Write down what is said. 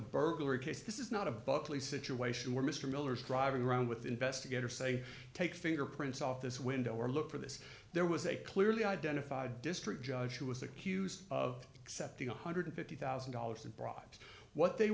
burglary case this is not a buckley situation where mr miller's driving around with investigator say take fingerprints off this window or look for this there was a clearly identified district judge who was accused of accepting one hundred and fifty thousand dollars in bribes what they